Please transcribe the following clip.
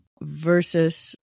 versus